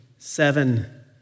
Seven